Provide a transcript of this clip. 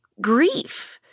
grief